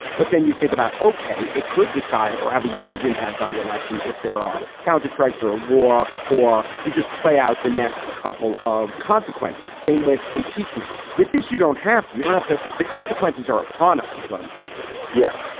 but then you think about, ok. it could decide or have a huge impact on the election if there are counter strikes or a war or you just play out the next couple of consequences. same with impeachment. with this, you don't have to. you don't have to. the consequences are upon us is what i'm saying well, yeah.